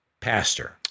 pastor